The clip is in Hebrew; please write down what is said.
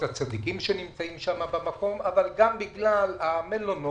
הצדיקים במקום אבל גם בגלל בתי מלון.